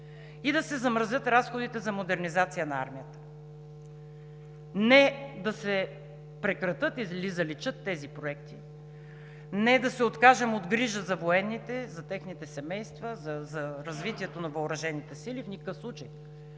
и да се замразят разходите за модернизация на армията. Не да се прекратят или заличат тези проекти, не да се откажем от грижа за военните, за техните семейства, за развитието на въоръжените сили – в никакъв